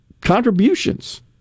contributions